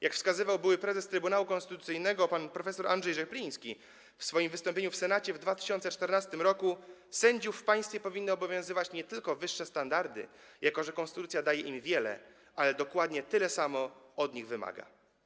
Jak wskazywał były prezes Trybunału Konstytucyjnego pan prof. Andrzej Rzepliński w swoim wystąpieniu w Senacie w 2014 r., sędziów w państwie powinny obowiązywać wyższe standardy, jako że konstytucja nie tylko daje im wiele, ale też dokładnie tyle samo od nich wymaga.